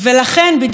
בדיוק לכן,